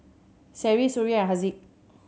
Seri Suria Haziq